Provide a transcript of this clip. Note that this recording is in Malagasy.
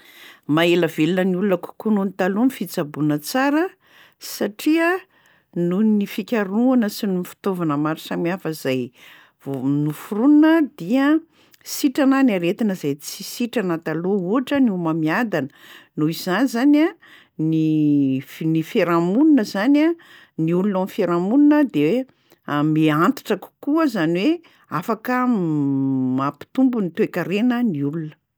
Maha-ela velona kokoa noho ny taloha ny fitsaboana tsara satria nohon'ny fikarohana sy ny fitaovana maro samihafa zay vo- noforonina dia sitrana ny aretina zay tsy sitrana taloha ohatra ny homamiadana, noho izany zany a ny f- ny fiarahamonina zany a, ny olona ao am'fiarahamonina de miha-antitra kokoa zany hoe afaka mampitombo ny toe-karena ny olona.